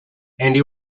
andy